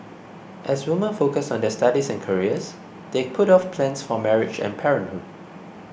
as women focused on their studies and careers they put off plans for marriage and parenthood